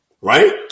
right